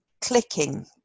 Clicking